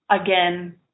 again